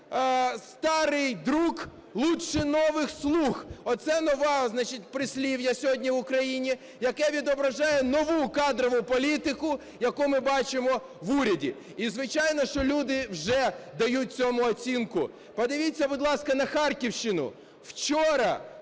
старый друг лучше новых "слуг". Оце нове прислів'я сьогодні в Україні, яке відображає нову кадрову політику, яку ми бачимо в уряді. І, звичайно, що люди вже дають цьому оцінку. Подивіться, будь ласка, на Харківщину. Вчора